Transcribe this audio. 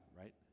right